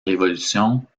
révolution